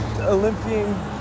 Olympian